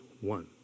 one